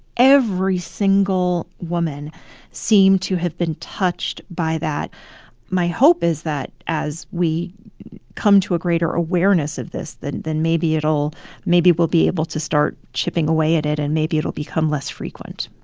every single woman seemed to have been touched by that my hope is that as we come to a greater awareness of this, then then maybe it'll maybe we'll be able to start chipping away at it, and maybe it'll become less frequent